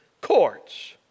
courts